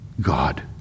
God